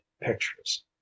pictures